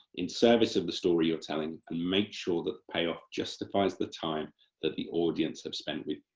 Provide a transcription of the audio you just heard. in service of the story you're telling, and make sure that payoff justifies the time that the audience have spent with